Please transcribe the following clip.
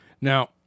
Now